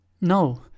No